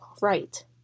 right